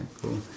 Cool